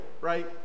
right